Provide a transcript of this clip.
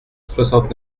soixante